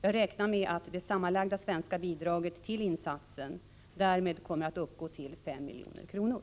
Jag räknar med att det sammanlagda svenska bidraget till insatsen därmed kommer att uppgå till 5 milj.kr.